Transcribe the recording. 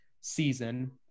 season